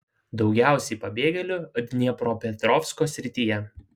daugiausiai pabėgėlių dniepropetrovsko srityje